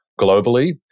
globally